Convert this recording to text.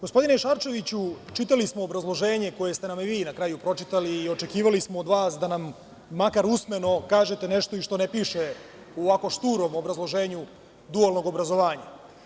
Gospodine Šarčeviću, čitali smo obrazloženje koje ste nam vi na kraju pročitali i očekivali smo od vas da nam makar usmeno kažete nešto što ne piše u ovako šturom obrazloženju dualnog obrazovanja.